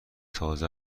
تازه